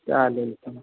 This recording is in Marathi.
चालेल चालेल